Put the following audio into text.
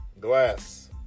Glass